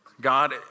God